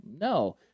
No